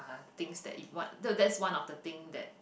are things that you want that's one of the thing that